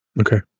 Okay